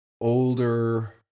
older